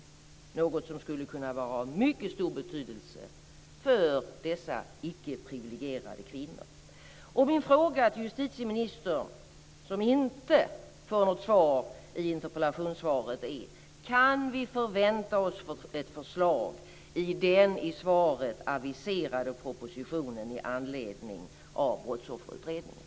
Det är något som skulle kunna vara av mycket stor betydelse för dessa icke privilegierade kvinnor. Min fråga till justitieministern, som inte får något svar i interpellationssvaret, är: Kan vi förvänta oss ett förslag i den i svaret aviserade propositionen i anledning av Brottsofferutredningen?